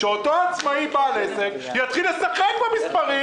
שאותו עצמאי בעל העסק יתחיל לשחק במספרים